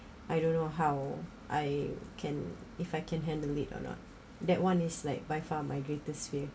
I don't know how I can if I can handle it or not that one is like by far my greatest fear